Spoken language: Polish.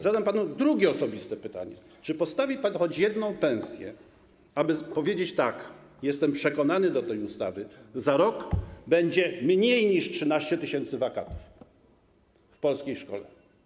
Zadam panu drugie osobiste pytanie: Czy postawi pan choć jedną pensję, aby powiedzieć tak: jestem przekonany do tej ustawy, za rok będzie mniej niż 13 tys. wakatów w polskiej szkole?